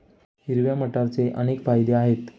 हिरव्या मटारचे अनेक फायदे आहेत